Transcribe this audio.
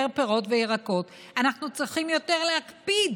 פירות וירקות אנחנו צריכים יותר להקפיד